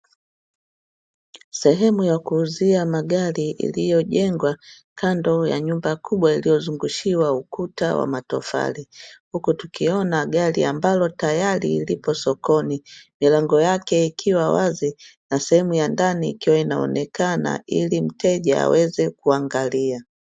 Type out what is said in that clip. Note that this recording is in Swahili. Sehemu ya kuuzia magari iliyojengwa kando ya nyumba kubwa, iliyozungushiwa ukuta wa matofali, huku tukiona gari ambalo tayari liko sokoni milango yake ikiwa wazi na sehemu ya ndani, inaonekana ili mteja aweza kuangalia.